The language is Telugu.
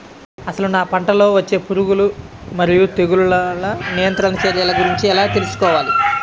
అసలు నా పంటలో వచ్చే పురుగులు మరియు తెగులుల నియంత్రణ చర్యల గురించి ఎలా తెలుసుకోవాలి?